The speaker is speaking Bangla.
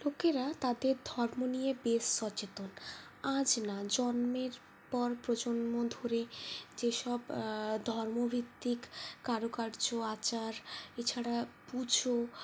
লোকেরা তাঁদের ধর্ম নিয়ে বেশ সচেতন আজ না জন্মের পর প্রজন্ম ধরে যেসব ধর্মভিত্তিক কারুকার্য আচার এছাড়া পুজো